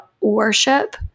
worship